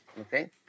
Okay